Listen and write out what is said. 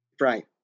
Right